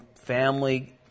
family